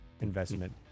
investment